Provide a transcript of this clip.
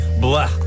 Blah